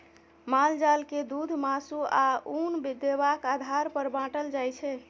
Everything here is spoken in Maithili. माल जाल के दुध, मासु, आ उन देबाक आधार पर बाँटल जाइ छै